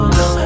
no